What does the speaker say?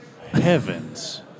Heavens